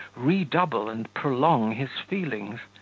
redouble and prolong his feelings.